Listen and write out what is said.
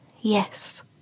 Yes